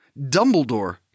Dumbledore